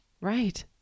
Right